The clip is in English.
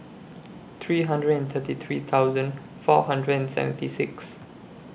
three hundred and thirty three thousand four hundred and seventy six